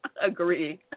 agree